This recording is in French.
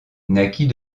naquit